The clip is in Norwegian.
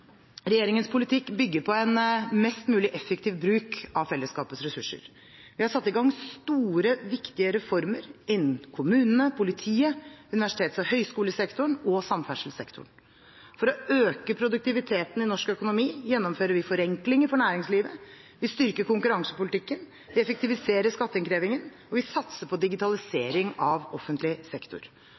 Regjeringens politikk bygger på en mest mulig effektiv bruk av fellesskapets ressurser. Vi har satt i gang store, viktige reformer innen kommunene, politiet, universitets- og høyskolesektoren og samferdselssektoren. For å øke produktiviteten i norsk økonomi gjennomfører vi forenklinger for næringslivet, vi styrker konkurransepolitikken og effektiviserer skatteinnkrevingen, og vi satser på digitalisering av offentlig sektor.